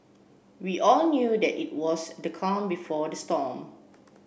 we all knew that it was the calm before the storm